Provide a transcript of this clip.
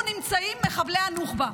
איפה נמצאים מחבלי הנוח'בה.